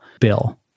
bill